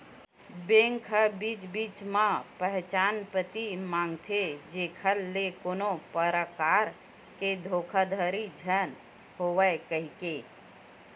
bank ह बीच बीच म पहचान पती मांगथे जेखर ले कोनो परकार के धोखाघड़ी झन होवय कहिके